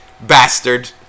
bastard